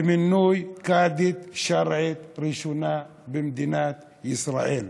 במינוי קאדית שרעית ראשונה במדינת ישראל.